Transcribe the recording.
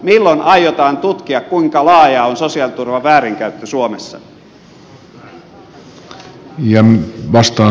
milloin aiotaan tutkia kuinka laajaa on sosiaaliturvan väärinkäyttö suomessa